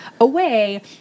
away